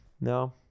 No